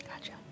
Gotcha